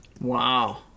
Wow